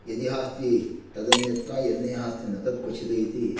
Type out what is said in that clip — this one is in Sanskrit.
यदिहास्ति तदन्यत्र यन्नेहा नास्ति न तद्क्वचिदिति